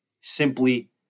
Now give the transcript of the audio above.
Simply